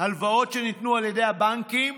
הלוואות שניתנו על ידי הבנקים